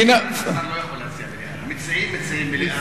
השר לא יכול להציע מליאה.